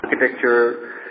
architecture